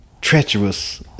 treacherous